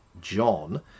John